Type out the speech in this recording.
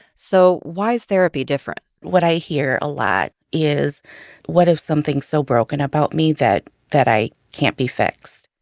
so why is therapy different? what i hear a lot is what if something's so broken about me that that i can't be fixed?